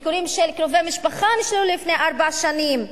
ביקורים של קרובי משפחה נשללו לפני ארבע שנים.